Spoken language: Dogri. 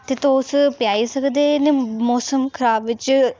ते तुस पजाई सकदे मौसम खराब बिच्च